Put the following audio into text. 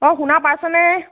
অঁ শুনা পাইছেনে